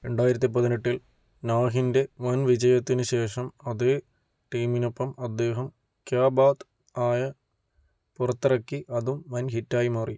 രണ്ടായിരത്തിപ്പതിനെട്ടിൽ നാഹിന്റെ വൻ വിജയത്തിന് ശേഷം അതേ ടീമിനൊപ്പം അദ്ദേഹം ക്യാ ബാത് ആയ് പുറത്തിറക്കി അതും വൻ ഹിറ്റ് ആയി മാറി